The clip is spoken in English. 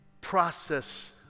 process